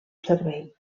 servei